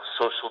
social